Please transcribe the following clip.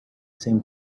same